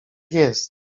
jest